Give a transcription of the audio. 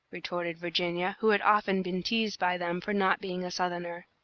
retorted virginia, who had often been teased by them for not being a southerner.